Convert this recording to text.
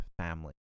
family